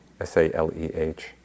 S-A-L-E-H